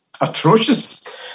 atrocious